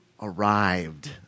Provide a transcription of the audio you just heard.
arrived